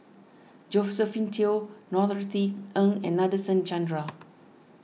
Josephine Teo Norothy Ng and Nadasen Chandra